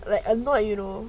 annoyed you know